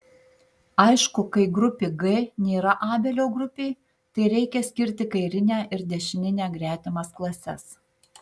aišku kai grupė g nėra abelio grupė tai reikia skirti kairinę ir dešininę gretimas klases